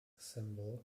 symbol